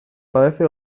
padece